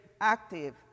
active